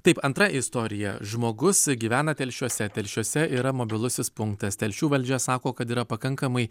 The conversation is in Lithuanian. taip antra istorija žmogus gyvena telšiuose telšiuose yra mobilusis punktas telšių valdžia sako kad yra pakankamai